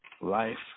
Life